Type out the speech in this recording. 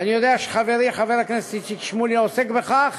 ואני יודע שחברי חבר הכנסת איציק שמולי עוסק בכך,